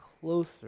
closer